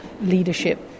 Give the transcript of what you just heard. leadership